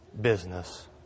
business